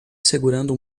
segurando